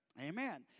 Amen